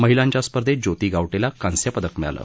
महिलांच्या स्पर्धेत ज्योती गावटेला कांस्यपदक मिळालं